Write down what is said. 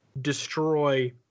destroy